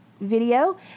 video